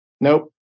Nope